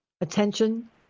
attention